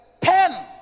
pen